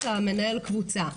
מנהל הקבוצה,